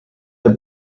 the